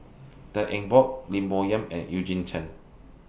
Tan Eng Bock Lim Bo Yam and Eugene Chen